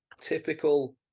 Typical